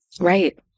Right